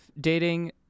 dating